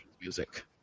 music